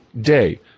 day